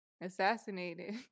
assassinated